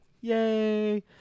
Yay